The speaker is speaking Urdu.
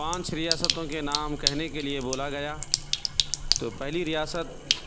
پانچ ریاستوں کے نام کہنے کے لیے بولا گیا تو پہلی ریاست